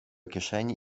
kieszeni